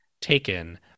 taken